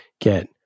get